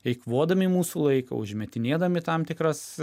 eikvodami mūsų laiką užmetinėdami tam tikras